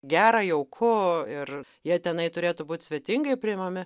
gera jauku ir jie tenai turėtų būt svetingai priimami